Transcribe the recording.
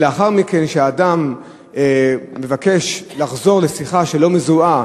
ולאחר מכן, כשאדם מבקש לחזור לשיחה שלא מזוהה,